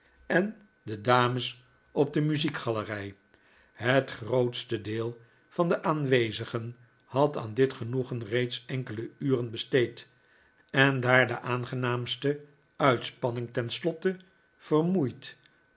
en de dames op de muziekgalerij het grootste deel van de aanwezigen had aan dit genoegen reeds enkele uren besteed en daar de aangenaamste uitspanning ten slotte vermoeit